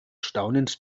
staunend